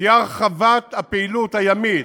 תהיה הרחבת הפעילות הימית,